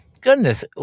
goodness